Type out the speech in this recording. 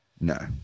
No